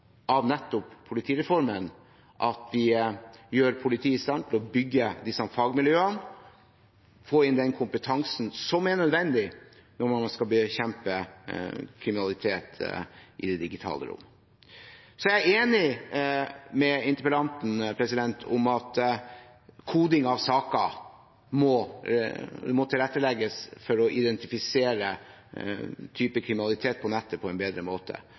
nettopp i politireformen at vi gjør politiet i stand til å bygge disse fagmiljøene, få inn den kompetansen som er nødvendig når man skal bekjempe kriminalitet i det digitale rom. Jeg er enig med interpellanten i at koding av saker må tilrettelegges for å kunne identifisere kriminalitet på nettet på en bedre måte.